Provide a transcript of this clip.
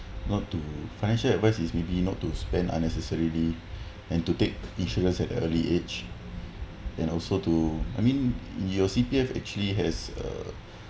not to financial advice is maybe not to spend unnecessarily and to take insurance at early age and also to I mean your C_P_F actually has a